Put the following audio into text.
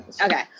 Okay